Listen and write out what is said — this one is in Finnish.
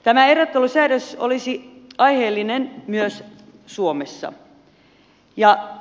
tämä erottelusäädös olisi aiheellinen myös suomessa